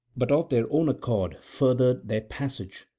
but of their own accord furthered their passage,